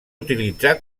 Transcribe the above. utilitzar